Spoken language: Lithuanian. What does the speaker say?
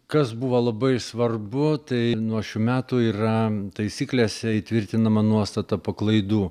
kas buvo labai svarbu tai nuo šių metų yra taisyklėse įtvirtinama nuostata paklaidų